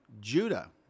Judah